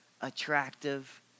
attractive